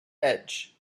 edge